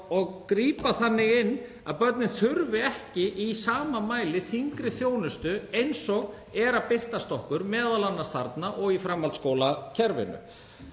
að grípa þannig inn í hlutina að börnin þurfi ekki í sama mæli þyngri þjónustu eins og er að birtast okkur, m.a. þarna og í framhaldsskólakerfinu.